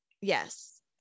Yes